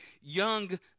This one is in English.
young